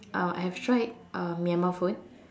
um I have tried um Myanmar food